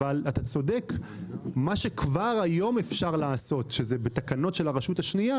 אתה צודק מה שכבר היום אפשר לעשות שזה בתקנות של הרשות השנייה